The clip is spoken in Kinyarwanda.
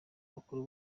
bakuru